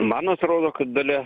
man atrodo kad dalia